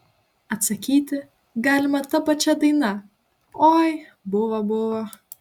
atsakyti galima ta pačia daina oi buvo buvo